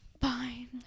Fine